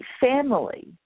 family